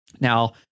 Now